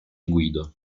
guido